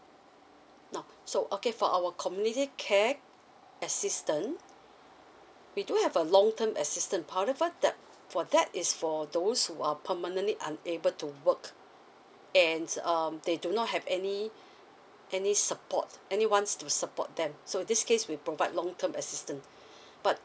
now so okay for our community care assistance we do have a long term assistance however that for that is for those who are permanently unable to work and um they do not have any any support anyone's to support them so this case we provide long term assistance but